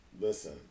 Listen